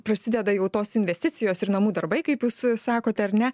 prasideda jau tos investicijos ir namų darbai kaip jūs sakote ar ne